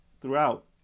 throughout